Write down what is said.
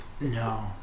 No